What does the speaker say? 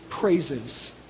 praises